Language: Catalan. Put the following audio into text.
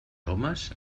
homes